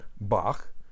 Bach